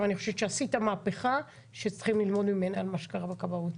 אבל אני חושבת שעשית מהפכה שצריכים ללמוד ממנה על מה שקרה בכבאות.